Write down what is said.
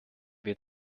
wir